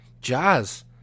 jazz